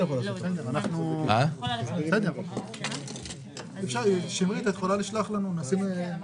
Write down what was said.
אי אפשר למזג הצעה שלא, למיטב ידיעתי.